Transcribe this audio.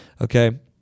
okay